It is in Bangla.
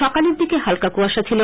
সকালের দিকে হালকা কুয়াশা ছিল